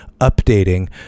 updating